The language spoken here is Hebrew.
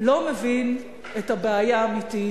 לא מבין את הבעיה האמיתית.